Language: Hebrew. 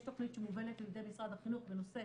יש תכנית שמובלת על ידי משרד החינוך בנושא